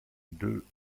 deux